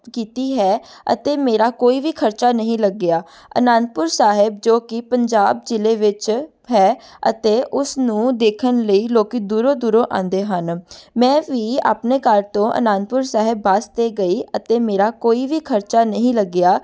ਕੀਤੀ ਹੈ ਅਤੇ ਮੇਰਾ ਕੋਈ ਵੀ ਖਰਚਾ ਨਹੀਂ ਲੱਗਿਆ ਅਨੰਦਪੁਰ ਸਾਹਿਬ ਜੋ ਕਿ ਪੰਜਾਬ ਜ਼ਿਲ੍ਹੇ ਵਿੱਚ ਹੈ ਅਤੇ ਉਸ ਨੂੰ ਦੇਖਣ ਲਈ ਲੋਕ ਦੂਰੋਂ ਦੂਰੋਂ ਆਉਂਦੇ ਹਨ ਮੈਂ ਵੀ ਆਪਣੇ ਘਰ ਤੋਂ ਅਨੰਦਪੁਰ ਸਾਹਿਬ ਬੱਸ 'ਤੇ ਗਈ ਅਤੇ ਮੇਰਾ ਕੋਈ ਵੀ ਖਰਚਾ ਨਹੀਂ ਲੱਗਿਆ